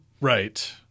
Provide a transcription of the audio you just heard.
Right